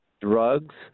drugs